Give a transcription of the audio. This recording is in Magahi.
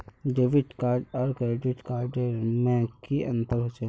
डेबिट कार्ड आर क्रेडिट कार्ड में की अंतर होचे?